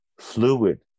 fluid